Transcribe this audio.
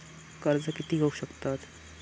कर्ज कीती घेऊ शकतत?